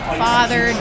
father